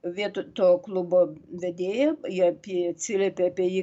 vietoj to klubo vedėja ji apie atsiliepė apie jį